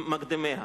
מקדמיה.